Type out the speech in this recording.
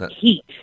Heat